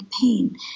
pain